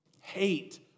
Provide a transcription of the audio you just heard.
Hate